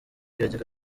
yajyaga